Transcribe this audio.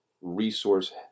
resource